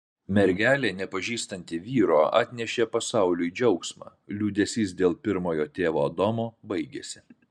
mergelė nepažįstanti vyro atnešė pasauliui džiaugsmą liūdesys dėl pirmojo tėvo adomo baigėsi